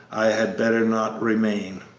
i had better not remain.